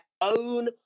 own